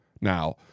Now